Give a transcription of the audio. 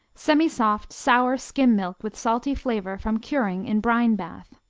semisoft sour skim milk with salty flavor from curing in brine bath.